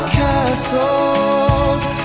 castles